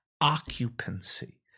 occupancy